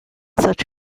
such